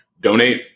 donate